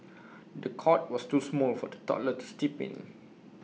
the cot was too small for the toddler to sleep in